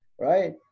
right